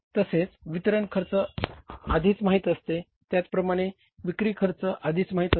तसेच वितरण खर्च आधिच माहित असतो त्याचप्रमाणे विक्री खर्च आधिच माहित असतो